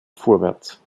vorwärts